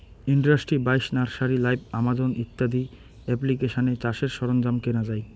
industry বাইশ, nursery live, Amazon ইত্যাদি এপ্লিকেশানে চাষের সরঞ্জাম কেনা যাই